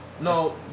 No